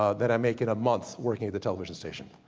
ah than i make in a month working at the television station.